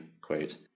quote